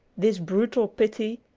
this brutal pity,